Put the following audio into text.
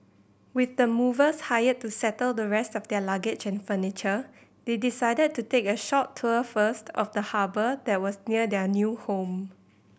with the movers hired to settle the rest of their luggage and furniture they decided to take a short tour first of the harbour that was near their new home